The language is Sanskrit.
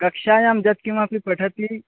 कक्षायां यत्किमपि पठति